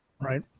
Right